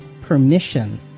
permission